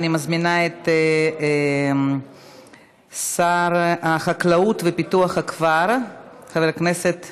אני מזמינה את השר החקלאות ופיתוח הכפר חבר הכנסת